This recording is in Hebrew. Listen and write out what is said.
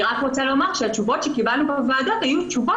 אני רק רוצה לומר שהתשובות שקיבלנו בוועדות היו תשובות